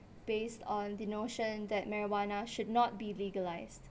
based on the notion that marijuana should not be legalised